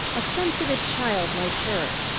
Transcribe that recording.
a sensitive child like her,